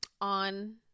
on